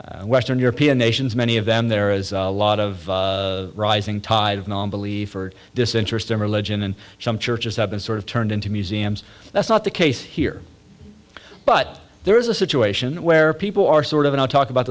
western european nations many of them there is a lot of rising tide of non belief or disinterest in religion and some churches have been sort of turned into museums that's not the case here but there is a situation where people are sort of and i talk about